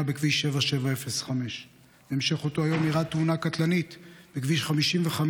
בכביש 7705. בהמשך באותו היום אירעה תאונה קטלנית בכביש 55,